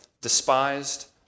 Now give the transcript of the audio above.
despised